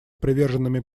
приверженными